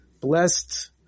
blessed